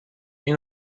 این